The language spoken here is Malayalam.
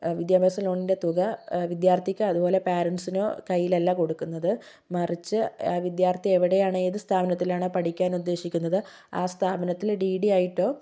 വിദ്യാഭ്യാസം ലോണിന്റെ തുക വിദ്യാർത്ഥിക്ക് അതുപോലെ പാരന്റ്സിനോ കയ്യിൽ അല്ല കൊടുക്കുന്നത് മറിച്ച് വിദ്യാർത്ഥി എവിടെയാണ് ഏത് സ്ഥാപനത്തിലാണ് പഠിക്കാൻ ഉദ്ദേശിക്കുന്നത് ആ സ്ഥാപനത്തില് ഡി ഡി ആയിട്ടോ